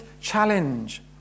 challenge